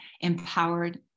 empowered